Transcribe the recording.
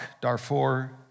Darfur